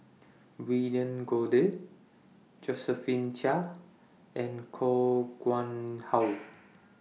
William Goode Josephine Chia and Koh Nguang How